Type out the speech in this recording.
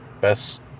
best